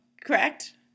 correct